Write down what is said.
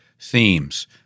themes